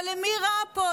אבל למי רע פה?